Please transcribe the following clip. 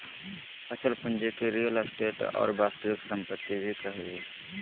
अचल पूंजी के रीयल एस्टेट और वास्तविक सम्पत्ति भी कहइ हइ